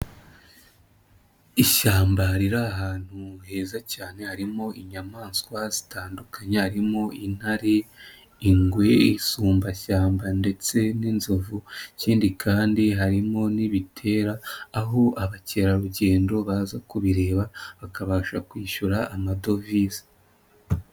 Ishyamba riri ahantu heza cyane harimo inyamaswa zitandukanye harimo intare, ingwe, isumbashyamba ndetse n'inzovu, ikindi kandi harimo n'ibitera, aho abakerarugendo baza kubireba, bakabasha kwishyura amadovize.